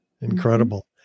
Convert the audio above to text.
Incredible